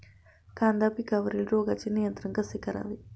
कांदा पिकावरील रोगांचे नियंत्रण कसे करावे?